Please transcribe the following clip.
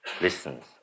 listens